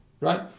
Right